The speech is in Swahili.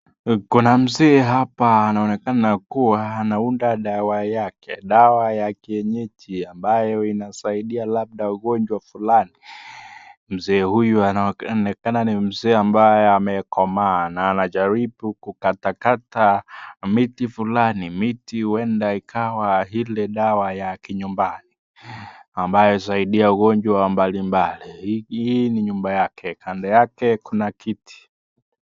Kuna mzee hapa anaonekana kuwa anaunda dawa yake, dawa ya kienyeji ambayo inasaidia labda ugonjwa fulani. Mzee huyu anaonekana ni mzee ambaye amekomaa na anajaribu kukatakata miti fulani, miti huenda ikawa ile dawa ya kinyumbani ambayo husaidia ugonjwa mbalimbali. Hii ni nyumba yake, kando yake kuna kiti.